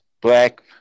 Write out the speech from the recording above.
Black